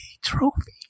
trophy